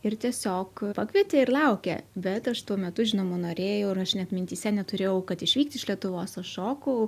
ir tiesiog pakvietė ir laukė bet aš tuo metu žinoma norėjau ir aš net mintyse neturėjau kad išvykt iš lietuvos aš šokau